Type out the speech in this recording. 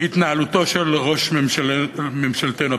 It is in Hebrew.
התנהלותו של ראש ממשלתנו.